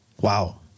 wow